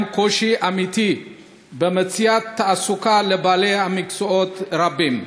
קושי אמיתי במציאת תעסוקה לבעלי מקצועות רבים,